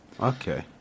Okay